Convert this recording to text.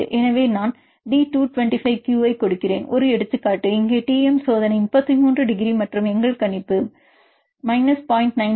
எனவே நான் D225Q ஐக் கொடுக்கிறேன் ஒரு எடுத்துக்காட்டு இங்கே Tm சோதனை 33 டிகிரி மற்றும் எங்கள் கணிப்பும் 0